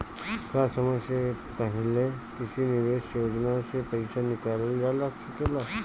का समय से पहले किसी निवेश योजना से र्पइसा निकालल जा सकेला?